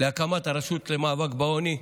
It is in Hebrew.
להקמת הרשות למאבק בעוני.